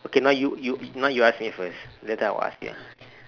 okay lah you you now you ask me first later I will ask you ah